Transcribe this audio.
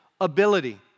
ability